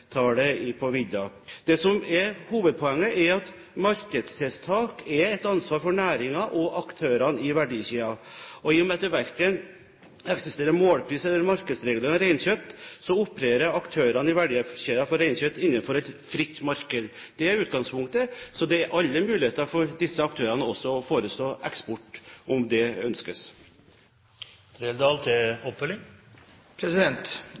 Hovedpoenget er at markedstiltak er et ansvar for næringen og aktørene i verdikjeden. I og med at det eksisterer verken målpris eller markedsregulering av reinkjøtt, opererer aktørene i verdikjeden for reinkjøtt innenfor et fritt marked. Det er utgangspunktet, så disse aktørene har all mulighet til også å forestå eksport, om det ønskes.